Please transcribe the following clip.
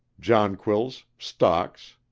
jonquils, stocks.